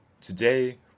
Today